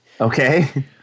Okay